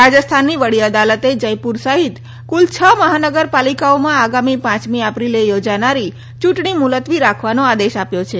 રાજસ્થાનની વડી અદાલતે જયપુર સહિત કુલ છ મહાનગરપાલિકાઓમાં આગામી પાંચમી એપ્રિલે યોજાનારી ચૂંટણી મુલતવી રાખવાનો આદેશ આપ્યો છે